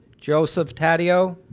joseph taddeo